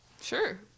Sure